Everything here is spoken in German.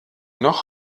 noch